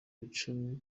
icumi